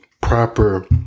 proper